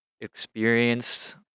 experienced